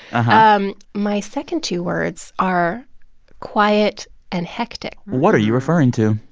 um my second two words are quiet and hectic what are you referring to?